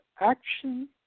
action